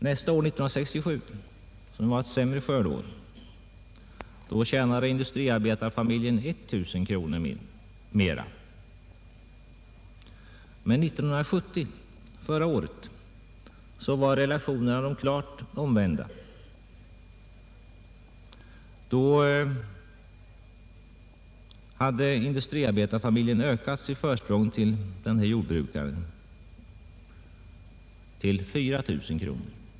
Nästa år, 1967, som var ett sämre skördeår, tjänade industriarbetarefamiljen 1 000 kronor mera. Men 1970, förra året, hade industriarbetarfamiljen ökat sitt försprång gentemot jordbrukaren till 4 000 kronor.